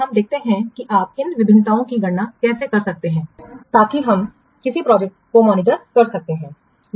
तो हम देखते हैं कि आप इन भिन्नताओं की गणना कैसे कर सकते हैं ताकि हम किसी प्रोजेक्ट को मॉनिटर कर सकते हैं